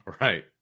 Right